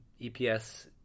EPS